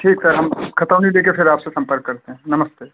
ठीक सर हम खतौनी ले के फिर आप से संपर्क करते हैं नमस्ते